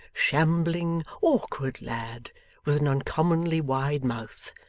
shambling, awkward lad with an uncommonly wide mouth,